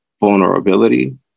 vulnerability